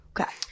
Okay